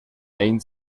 ein